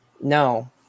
No